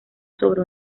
sobre